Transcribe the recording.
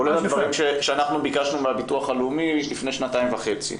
כולל הדברים שביקשנו מהביטוח הלאומי לפני שנתיים וחצי.